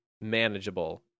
manageable